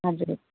हजुर